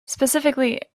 specifically